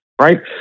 right